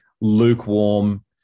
lukewarm